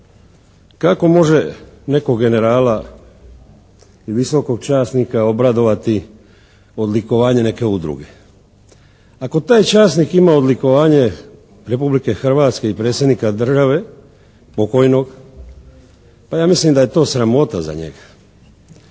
kako može netko generala i visokog časnika obradovati odlikovanje neke udruge. Ako taj časnik ima odlikovanje Republike Hrvatske i predsjednika države pokojnog pa ja mislim da je to sramota za njega,